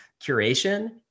curation